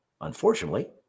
unfortunately